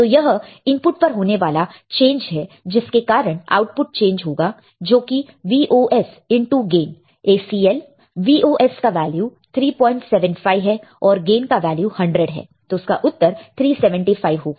तो यह इनपुट पर होने वाला चेंज है जिसके कारण आउटपुट चेंज होगा जो कि Vos into gain ACL Vos का वैल्यू 375 है और गेन का वैल्यू 100 है तो उसका उत्तर 375 होगा